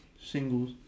singles